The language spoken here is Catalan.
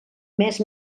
mes